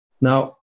Now